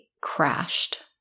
crashed